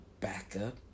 backup